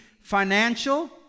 financial